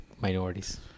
minorities